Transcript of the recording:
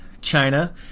China